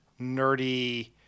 nerdy